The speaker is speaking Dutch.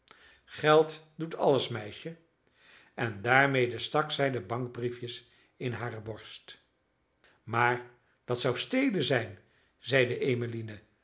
geld doet alles meisje en daarmede stak zij de bankbriefjes in hare borst maar dat zou stelen zijn zeide